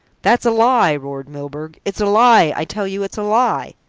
that's a lie, roared milburgh. it's a lie i tell you it's a lie!